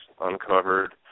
uncovered